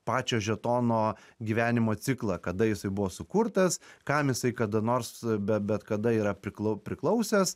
pačios žetono gyvenimo ciklą kada jisai buvo sukurtas kam jisai kada nors be bet kada yra priklau priklausęs